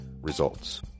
results